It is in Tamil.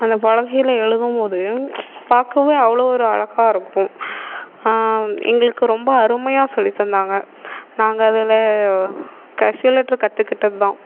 அந்த பலகையில் எழுதும்போது பார்க்கவே அவ்வளோ ஒரு அழகாக இருக்கும் எங்களுக்கு ரொம்ப அருமையாக சொல்லி தந்தாங்க நாங்கள் அதில் காசுவல் லெட்டர் கற்றுக்கிட்டது தான்